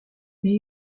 mais